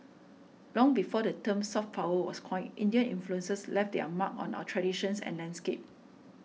long before the term 'soft power' was coined Indian influences left their mark on our traditions and landscape